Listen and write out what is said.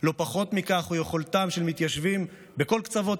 לא פחות מכך היא יכולתם של מתיישבים בכל קצוות